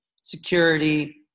security